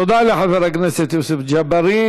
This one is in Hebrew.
תודה לחבר הכנסת יוסף ג'בארין.